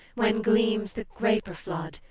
when gleams the graperflood,